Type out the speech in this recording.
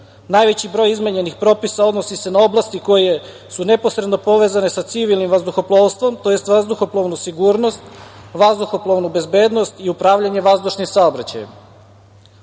Najveći broj izmenjenih propisa odnosi se na oblasti koje su neposredno povezane sa civilnim vazduhoplovstvom to jest vazduhoplovnu sigurnost, vazduhoplovnu bezbednost i upravljanje vazdušnim saobraćajem.